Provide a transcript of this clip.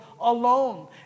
alone